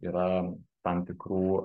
yra tam tikrų